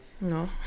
No